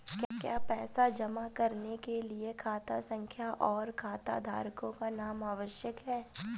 क्या पैसा जमा करने के लिए खाता संख्या और खाताधारकों का नाम आवश्यक है?